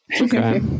Okay